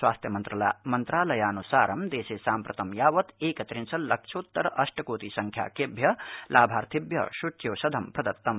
स्वास्थ्य मन्त्रालयान्सार दृष्ण साम्प्रतं यावत् एक त्रिंशल्लक्षोत्तर अष्टकोरि संख्याकध्यि लाभार्थिभ्य सूच्यौषधं प्रदत्तम्